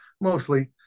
mostly